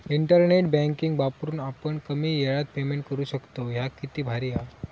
internet banking वापरून आपण कमी येळात पेमेंट करू शकतव, ह्या किती भारी हां